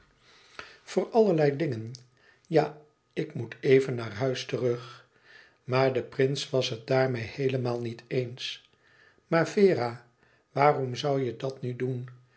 voor allerlei dingen ja ik moet even naar huis terug maar de prins was het daarmeê heelemaal niet eens maar vera waarom zoû je dat nu doen